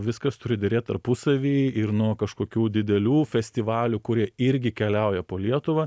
viskas turi derėt tarpusavy ir nuo kažkokių didelių festivalių kurie irgi keliauja po lietuvą